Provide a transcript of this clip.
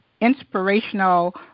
inspirational